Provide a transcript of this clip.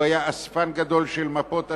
והוא היה אספן גדול של מפות עתיקות.